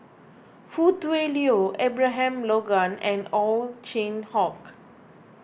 Foo Tui Liew Abraham Logan and Ow Chin Hock